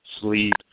sleep